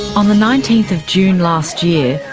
on the nineteenth of june last year,